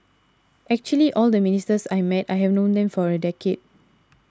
actually all the ministers I met I have known them for a decade